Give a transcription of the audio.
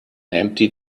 empty